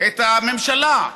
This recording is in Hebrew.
את הממשלה.